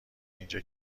اینجا